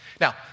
Now